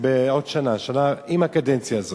מתי היתה התקופה שלא תמה?